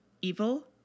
evil